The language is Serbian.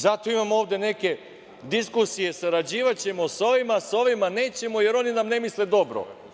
Zato imamo ovde neke diskusije – sarađivaćemo sa ovima, sa ovima nećemo, jer oni nam ne misle dobro.